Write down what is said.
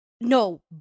no